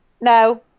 no